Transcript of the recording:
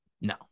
no